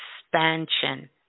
expansion